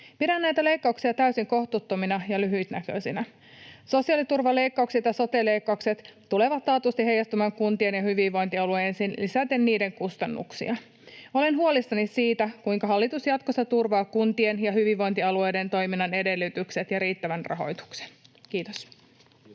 Pidän näitä leikkauksia täysin kohtuuttomina ja lyhytnäköisinä. Sosiaaliturvaleikkaukset ja sote-leikkaukset tulevat taatusti heijastumaan kuntiin ja hyvinvointialueisiin lisäten niiden kustannuksia. Olen huolissani siitä, kuinka hallitus jatkossa turvaa kuntien ja hyvinvointialueiden toiminnan edellytykset ja riittävän rahoituksen. — Kiitos.